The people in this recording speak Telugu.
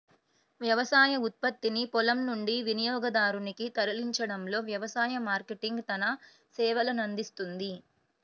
వ్యవసాయ ఉత్పత్తిని పొలం నుండి వినియోగదారునికి తరలించడంలో వ్యవసాయ మార్కెటింగ్ తన సేవలనందిస్తుంది